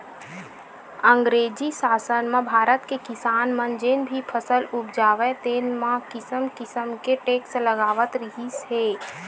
अंगरेजी सासन म भारत के किसान मन जेन भी फसल उपजावय तेन म किसम किसम के टेक्स लगावत रिहिस हे